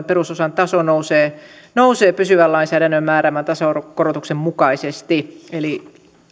perusosan taso nousee nousee pysyvän lainsäädännön määräämän tasokorotuksen mukaisesti eli